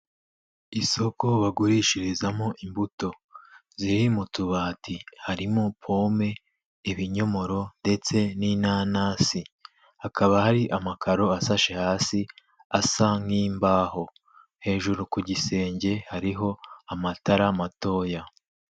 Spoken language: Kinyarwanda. Isoko bagurishirizamo imbuto ziri mu tubati harimo pome, ibinyomoro ndetse n'inanasi, hakaba hari amakaro ashashe hasi asa nk'imbaho hejuru ku gisenge hariho amatara matoya.